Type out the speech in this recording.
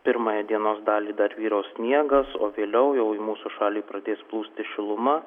pirmąją dienos dalį dar vyraus sniegas o vėliau jau į mūsų šalį pradės plūsti šiluma